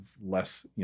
less